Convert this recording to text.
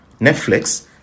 Netflix